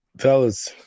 fellas